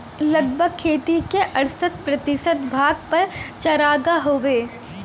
लगभग खेती क अड़सठ प्रतिशत भाग पर चारागाह हउवे